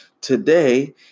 Today